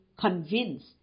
convince